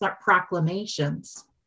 proclamations